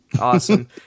Awesome